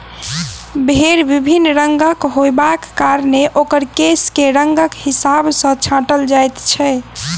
भेंड़ विभिन्न रंगक होयबाक कारणेँ ओकर केश के रंगक हिसाब सॅ छाँटल जाइत छै